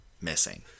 missing